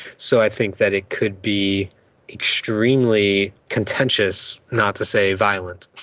so i think that it could be extremely contentious, not to say violent,